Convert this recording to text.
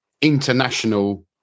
international